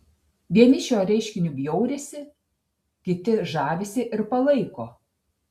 vieni šiuo reiškiniu bjaurisi kiti žavisi ir palaiko